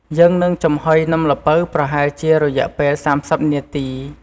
យើងនឹងចំហុយនំល្ពៅប្រហែលជារយៈពេល ៣០ នាទី។